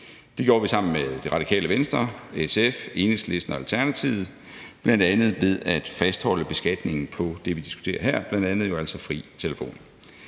Det gjorde vi sammen med Det Radikale Venstre, SF, Enhedslisten og Alternativet bl.a. ved at fastholde beskatningen på det, vi diskuterer her, altså bl.a. fri telefon.